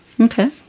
Okay